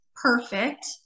perfect